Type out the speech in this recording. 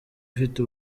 afite